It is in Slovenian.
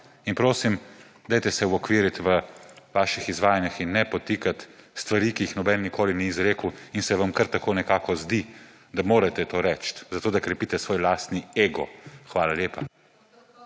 Prosim, dajte se uokviriti v vaših izvajanjih in ne podtikati stvari, ki jih noben nikoli ni izrekel, in se vam kar tako nekako zdi, da morate to reči, da krepite svoj lastni ego. Hvala lepa.